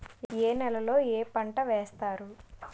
ఏ నేలలో ఏ పంట వేస్తారు?